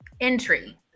entry